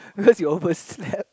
because you overslept